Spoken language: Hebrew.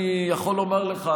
אני יכול לומר לך,